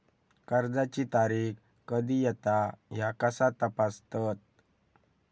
कर्जाची तारीख कधी येता ह्या कसा तपासतत?